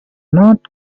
not